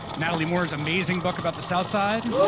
natalie moore's amazing book about the south side,